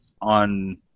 on